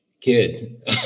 kid